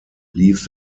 leave